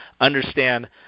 understand